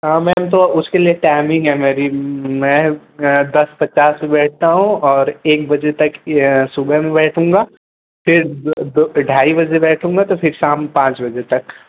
हाँ मैम तो उसके लिए टाइमिंग है मेरी मैं दस पचास पर बैठता हूँ और एक बजे तक यह सुबह में बैठूँगा फिर दो फिर ढाई बजे बैठूँगा तो फिर शाम पाँच बजे तक